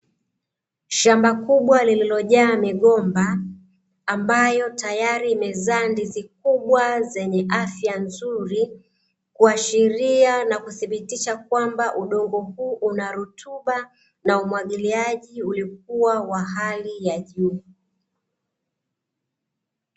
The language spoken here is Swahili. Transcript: Shamba kubwa lililojaa migomba, ambayo tayari zimezaa ndizi kubwa zenye afya nzuri. Kuashiria na kuthibitisha kwamba udongo huu una rutuba, na umwagiliaji ulikuwa wa hali ya juu.